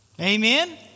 Amen